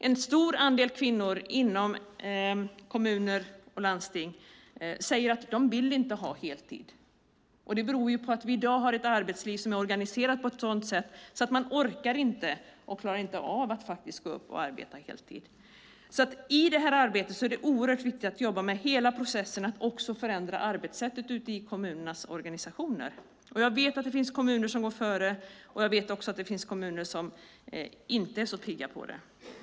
En stor andel kvinnor inom kommuner och landsting säger att de inte vill ha heltid. Det beror ju på att vi i dag har ett arbetsliv som är organiserat på ett sådant sätt att de inte orkar och inte klarar av att arbeta heltid. I det här sammanhanget är det oerhört viktigt att arbeta med hela processen och också förändra arbetssättet ute i kommunernas organisationer. Jag vet att det finns kommuner som går före. Jag vet också att det finns kommuner som inte är så pigga på det.